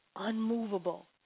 Unmovable